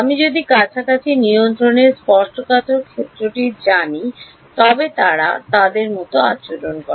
আমি যদি কাছাকাছি নিয়ন্ত্রণের স্পর্শকাতর ক্ষেত্রটি জানি তবে তারা তাদের মতো আচরণ করে